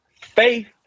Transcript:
faith